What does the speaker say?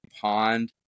pond